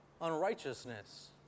unrighteousness